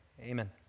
Amen